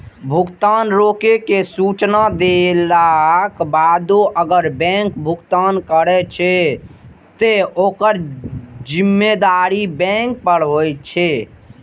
भुगतान रोकै के सूचना देलाक बादो अगर बैंक भुगतान करै छै, ते ओकर जिम्मेदारी बैंक पर होइ छै